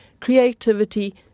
creativity